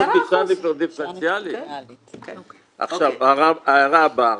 10%. ההערה הבאה,